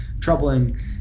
troubling